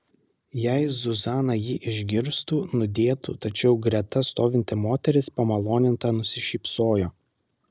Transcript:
jei zuzana jį išgirstų nudėtų tačiau greta stovinti moteris pamaloninta nusišypsojo